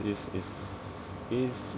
is is is